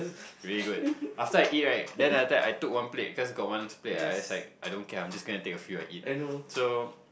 really good after I eat right then later I took one plate cause got one plate I just like I don't care I'm just gonna take a few and eat so